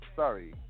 sorry